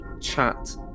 chat